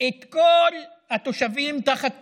את כל התושבים שתחת כיבוש,